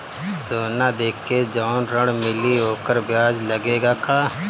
सोना देके जवन ऋण मिली वोकर ब्याज लगेला का?